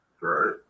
Right